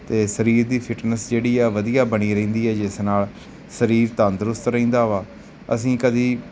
ਅਤੇ ਸਰੀਰ ਦੀ ਫਿਟਨੈਸ ਜਿਹੜੀ ਆ ਵਧੀਆ ਬਣੀ ਰਹਿੰਦੀ ਹੈ ਜਿਸ ਨਾਲ ਸਰੀਰ ਤੰਦਰੁਸਤ ਰਹਿੰਦਾ ਵਾ ਅਸੀਂ ਕਦੇ